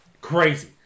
crazy